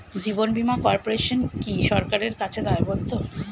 জীবন বীমা কর্পোরেশন কি সরকারের কাছে দায়বদ্ধ?